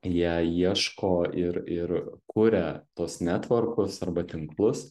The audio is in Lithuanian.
jie ieško ir ir kuria tuos netvorkus arba tinklus